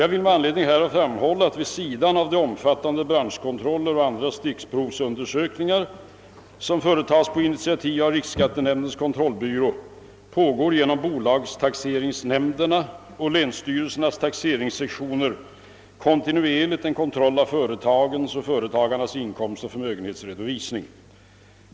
Jag vill med anledning härav framhålla att vid sidan av de omfattande branschkontroller och andra stickprovsundersökningar som företas på initiativ av riksskattenämndens kontrollbyrå pågår genom bolagstaxeringsnämnderna och länsstyrelsernas taxeringssektioner kontinuerligt en kontroll av företagens och företagarnas inkomstoch förmögenhetsredovisning.